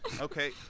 Okay